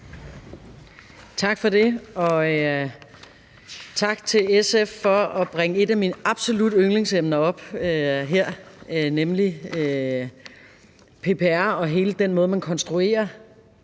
Tak for det, og tak til SF for at bringe et af mine absolutte yndlingsemner op her, nemlig PPR og hele den måde, man konstruerer